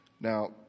Now